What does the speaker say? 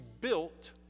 built